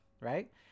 right